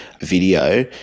video